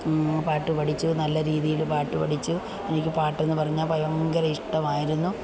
പാട്ട് പഠിച്ചു നല്ല രീതിയിൽ പാട്ട്പഠിച്ചു എനിക്ക് പാട്ടെന്നു പറഞ്ഞാൽ ഭയങ്കര ഇഷ്ടമായിരുന്നു